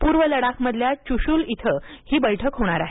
पूर्व लडाखमधल्या चुशूल इथं ही बैठक होणार आहे